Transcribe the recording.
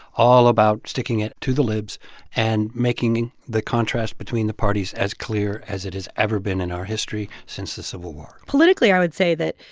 all about sticking it to the libs and making the contrast between the parties as clear as it has ever been in our history since the civil war politically, i would say that,